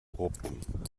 rupfen